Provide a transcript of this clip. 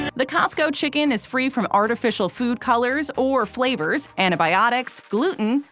the costco chicken is free from artificial food colors or flavors, antibiotics, gluten,